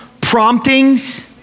promptings